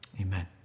amen